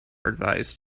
advised